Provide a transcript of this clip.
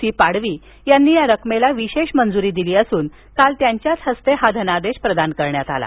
C Padvi यांनी या रकमेला विशेष मंजुरी दिली असून काल त्यांच्या हस्ते प्रतीकात्मक धनादेश प्रदान करण्यात आला